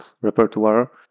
repertoire